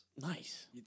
Nice